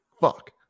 fuck